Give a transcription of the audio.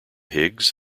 higgs